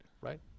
right